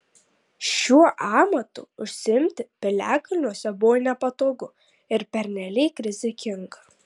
šiuo amatu užsiimti piliakalniuose buvo nepatogu ir pernelyg rizikinga